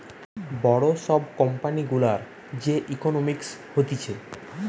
বড় সব কোম্পানি গুলার যে ইকোনোমিক্স হতিছে